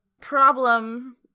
problem